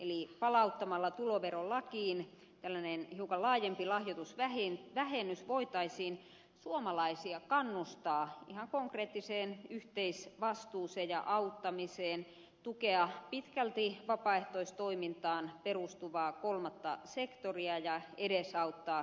eli palauttamalla tuloverolakiin tällainen hiukan laajempi lahjoitusvähennys voitaisiin suomalaisia kannustaa ihan konkreettiseen yhteisvastuuseen ja auttamiseen tukea pitkälti vapaaehtoistoimintaan perustuvaa kolmatta sektoria ja edesauttaa kehitysyhteistyötavoitteiden saavuttamista